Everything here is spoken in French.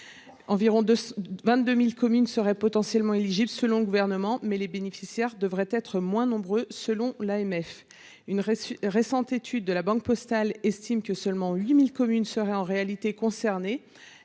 environ 22 000 communes seraient potentiellement éligibles ; mais, selon l'AMF, les bénéficiaires devraient être moins nombreux. Une récente étude de la Banque postale indique que seulement 8 000 communes seraient en réalité concernées.